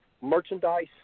merchandise